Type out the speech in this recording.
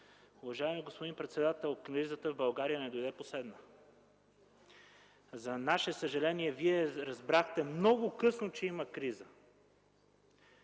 Уважаеми господин председател, кризата в България не дойде последна. За наше съжаление Вие разбрахте много късно, че има криза.